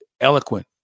eloquent